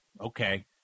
okay